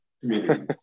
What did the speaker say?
Community